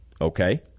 Okay